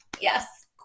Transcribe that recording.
yes